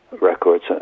Records